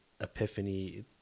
epiphany